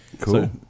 cool